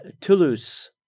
Toulouse